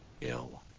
ill